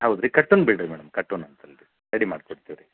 ಹೌದ್ ರೀ ಕಟ್ಟಣ್ ಬಿಡಿರಿ ಮೇಡಮ್ ಕಟ್ಟೋಣಂತಲ್ರಿ ರೆಡಿ ಮಾಡ್ಕೊಡ್ತೀವಿ ರೀ